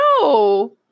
No